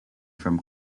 from